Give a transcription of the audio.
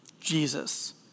Jesus